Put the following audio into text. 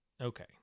okay